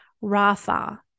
Rafa